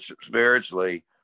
spiritually